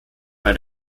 bei